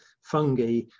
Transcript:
fungi